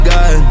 God